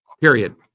Period